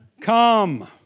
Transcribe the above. come